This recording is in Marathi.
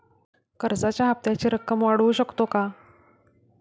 कर्जाच्या हप्त्याची रक्कम वाढवू शकतो का?